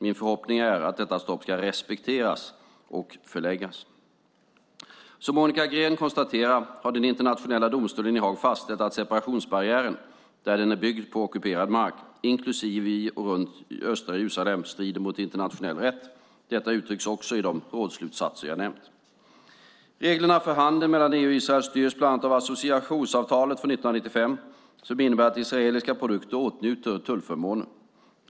Min förhoppning är att detta stopp ska respekteras och förlängas. Som Monica Green konstaterar har den internationella domstolen i Haag fastställt att separationsbarriären där den är byggd på ockuperad mark, inklusive i och runt östra Jerusalem, strider mot internationell rätt. Detta uttrycks också i de rådsslutsatser jag nämnt. Reglerna för handel mellan EU och Israel styrs bland annat av associeringsavtalet från 1995 som innebär att israeliska produkter åtnjuter tullförmåner.